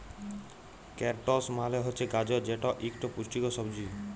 carrots মালে হছে গাজর যেট ইকট পুষ্টিকর সবজি